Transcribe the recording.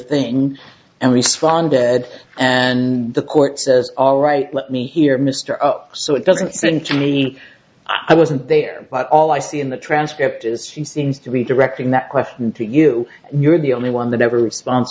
thing and respond dead and the court says all right let me hear mr so it doesn't seem to me i wasn't there but all i see in the transcript is he seems to be directing that question to you you're the only one that ever response